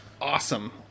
awesome